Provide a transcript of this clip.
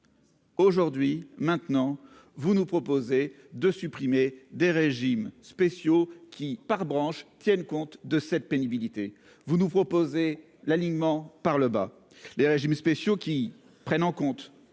Aujourd'hui, vous nous proposez de supprimer des régimes spéciaux qui tiennent compte de cette pénibilité. Vous nous proposez l'alignement par le bas des régimes spéciaux qui prennent en compte,